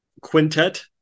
quintet